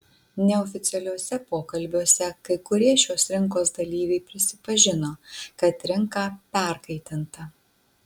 neoficialiuose pokalbiuose kai kurie šios rinkos dalyviai prisipažino kad rinka perkaitinta